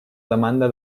demanda